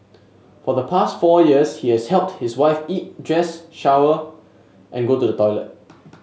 for the past four years he has helped his wife eat dress shower and go to the toilet